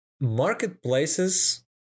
marketplaces